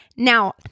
Now